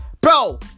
bro